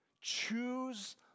choose